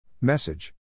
Message